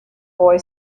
boy